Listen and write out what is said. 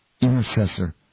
Intercessor